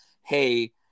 hey